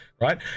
right